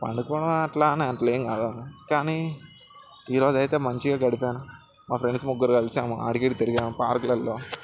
పండుకొని అట్లా అని అట్లా ఏం కాదు కానీ ఈ రోజైతే మంచిగా గడిపాను మా ఫ్రెండ్స్ ముగ్గురు కలిసాం ఆడికి ఈడీకి తిరిగాము పార్కులల్లో